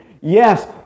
Yes